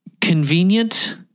convenient